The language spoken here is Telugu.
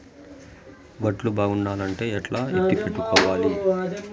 వడ్లు బాగుండాలంటే ఎట్లా ఎత్తిపెట్టుకోవాలి?